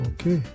Okay